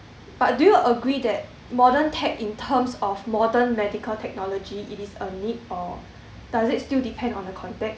but do you agree that modern tech in terms of modern medical technology it is a need or does it still depend on the context